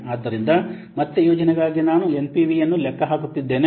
ಆದ್ದರಿಂದ ಮತ್ತೆ ಯೋಜನೆಗಾಗಿ ನಾನು ಎನ್ಪಿವಿಯನ್ನು ಲೆಕ್ಕ ಹಾಕುತ್ತಿದ್ದೇನೆ